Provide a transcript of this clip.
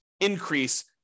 increase